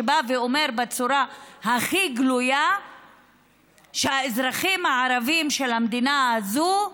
שבא ואומר בצורה הכי גלויה שהאזרחים הערבים של המדינה הזאת,